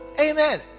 Amen